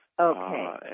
Okay